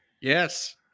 Yes